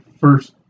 first